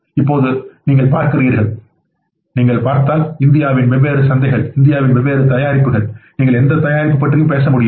இப்போது நீங்கள் பார்க்கிறீர்கள் நீங்கள் பார்த்தால் இந்தியாவில் வெவ்வேறு சந்தைகள் இந்தியாவில் வெவ்வேறு தயாரிப்புகள் நீங்கள் எந்த தயாரிப்பு பற்றியும் பேச முடியும்